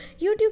YouTube